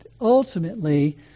ultimately